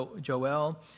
Joel